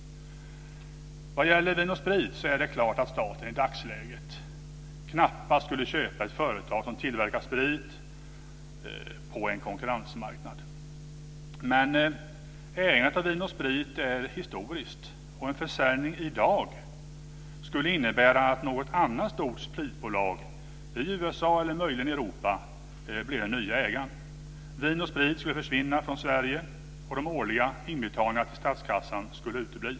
Vad gäller Vin & Sprit är det klart att staten i dagsläget knappast skulle köpa ett företag som tillverkar sprit på en konkurrensmarknad. Men ägandet av Vin & Sprit är historiskt, och en försäljning i dag skulle innebära att något annat stort spritbolag i USA eller möjligen Europa blir den nya ägaren. Vin & Sprit skulle försvinna från Sverige, och de årliga inbetalningarna till statskassan skulle utebli.